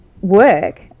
work